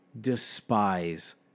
despise